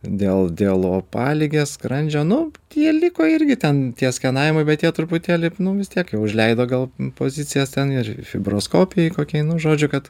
dėl dėl opaligės skrandžio nu tie liko irgi ten tie skenavimai bet jie truputėlį nu vis tiek jau užleido gal pozicijas ten ir fibroskopijai kokiai nu žodžiu kad